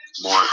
more